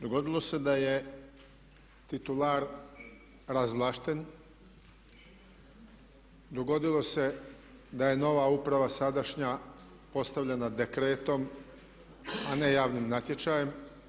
Dogodilo se da je titular razvlašten, dogodilo se da je nova uprava sadašnja postavljena dekretom a ne javnim natječajem.